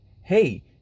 Hey